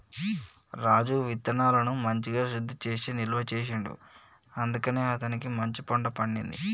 రాజు విత్తనాలను మంచిగ శుద్ధి చేసి నిల్వ చేసిండు అందుకనే అతని పంట మంచిగ పండింది